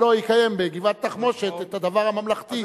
לא יקיים בגבעת-התחמושת את הדבר הממלכתי,